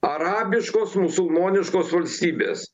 arabiškos musulmoniškos valstybės